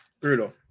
Brutal